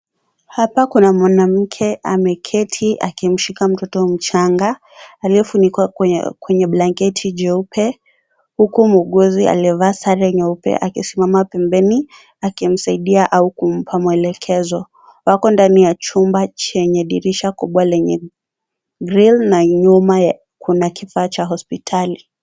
Hapa kuna mwanamke ameketi akimshika mtoto mchanga, aliyefunikwa kwenye blanketi jeupe. Huku muuguzi aliyevaa sare nyeupe akisimama pembeni akimsaidia au kumpa mwelekezo. Wako ndani ya chumba chenye dirisha kubwa lenye grili na nyuma kuna kifaa cha hospitali.